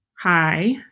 Hi